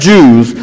Jews